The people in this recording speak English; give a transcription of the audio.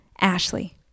Ashley